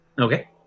Okay